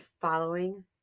following